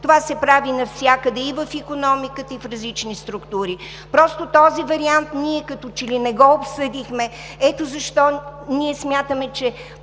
това се прави навсякъде – и в икономиката, и в различни структури. Просто този вариант ние като че ли не го обсъдихме. Ето защо ние смятаме, че